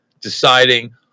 deciding